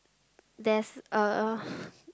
there's a